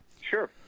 sure